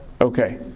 Okay